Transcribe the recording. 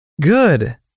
Good